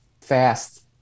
fast